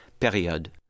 période